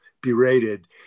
Berated